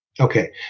Okay